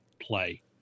play